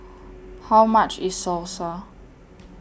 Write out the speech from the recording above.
How much IS Salsa